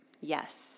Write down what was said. Yes